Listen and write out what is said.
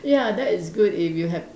ya that is good if you have